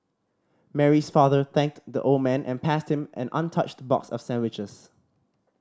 Mary's father thanked the old man and passed him an untouched box of sandwiches